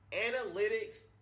Analytics